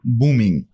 booming